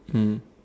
mm